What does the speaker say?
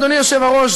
אדוני היושב-ראש,